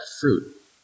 fruit